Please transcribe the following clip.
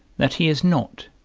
that he is not,